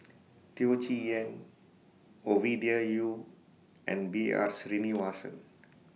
Teo Chee Hean Ovidia Yu and B R Sreenivasan